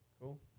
cool